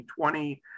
2020